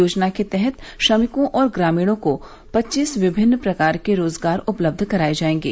योजना के तहत श्रमिकों और ग्रामीणों को पच्चीस विभिन्न प्रकार के रोजगार उपलब्ध कराए जाएंगे